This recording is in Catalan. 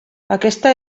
aquesta